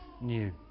new